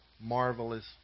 marvelous